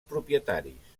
propietaris